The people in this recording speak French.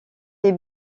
les